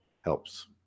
helps